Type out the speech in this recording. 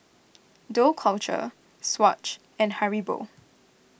Dough Culture Swatch and Haribo